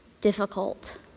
difficult